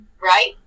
right